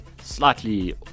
slightly